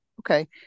Okay